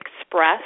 express